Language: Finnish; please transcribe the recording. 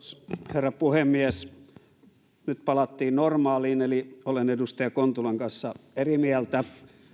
herra puhemies nyt palattiin normaaliin eli olen edustaja kontulan kanssa eri mieltä